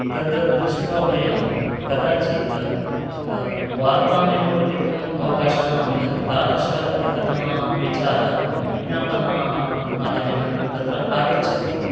तद् दृष्ट्वा वयं कदाचित् वार्तामेव पठितुं अवकाशः न मिलति तादृशः अधिकतमविचारः विज्ञापनामाध्यमेन तत्र आगच्छति